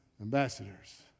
ambassadors